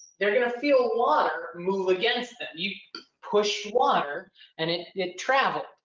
they're going to feel water move against them. you push water and it it traveled.